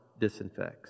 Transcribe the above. disinfects